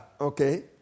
okay